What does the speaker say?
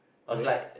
where